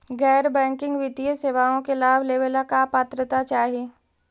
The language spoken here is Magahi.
गैर बैंकिंग वित्तीय सेवाओं के लाभ लेवेला का पात्रता चाही?